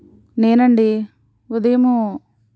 నేనండి ఉదయం